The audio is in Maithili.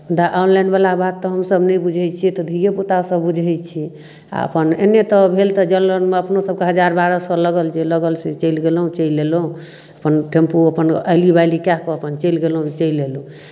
मुदा ऑनलाइनवला बात तऽ हमसभ नहि बुझै छिए तऽ धिएपुतासभ बुझै छै आओर अपन एन्ने तऽ भेल तऽ जनरलमे अपनोसभके हजार बारह सओ लागल जे लागल से चलि गेलहुँ चलि अएलहुँ अपन टेम्पू अपन आइली बाइली कऽ कऽ अपन चलि गेलहुँ चलि अएलहुँ